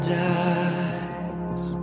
dies